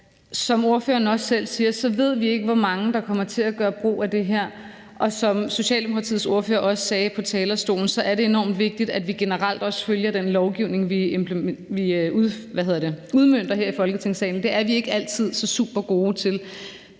Som ordføreren også selv siger, ved vi ikke, hvor mange der kommer til at gøre brug af det her, og som Socialdemokratiets ordfører også sagde på talerstolen, er det enormt vigtigt, at vi generelt også følger den lovgivning, vi udmønter her i Folketingssalen. Det er vi ikke altid så supergode til.